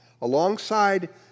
Alongside